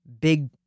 big